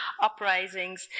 uprisings